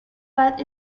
but